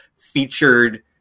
featured